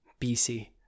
BC